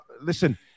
Listen